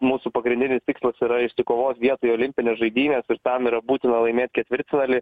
mūsų pagrindinis tikslas yra išsikovot vietą į olimpines žaidynes ir tam yra būtina laimėt ketvirtfinalį